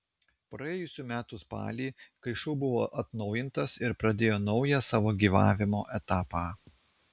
praėjusių metų spalį kai šou buvo atnaujintas ir pradėjo naują savo gyvavimo etapą